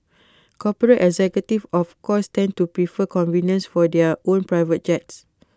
corporate executives of course tend to prefer convenience for their own private jets